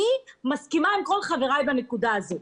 אני מסכימה עם כל חבריי בנקודה הזאת,